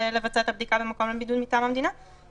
אני מבקש מאוד שתבהירי את זה גם בדיונים שלכם ואנחנו נעקוב.